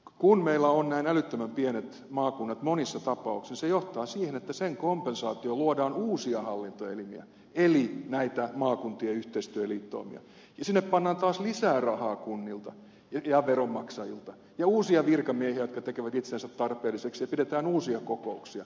kun meillä on näin älyttömän pienet maakunnat monissa tapauksissa se johtaa siihen että sen kompensaationa luodaan uusia hallintoelimiä eli näitä maakuntien yhteistyöliittoumia ja sinne pannaan taas lisää rahaa kunnilta ja veronmaksajilta ja uusia virkamiehiä jotka tekevät itsensä tarpeellisiksi ja pidetään uusia kokouksia